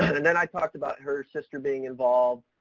and then i talked about her sister being involved,